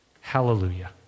Hallelujah